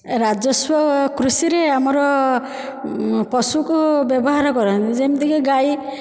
ରାଜସ୍ୱ କୃଷିରେ ଆମର ପଶୁଙ୍କୁ ବ୍ୟବହାର କରନ୍ତି ଯେମିତିକି ଗାଈ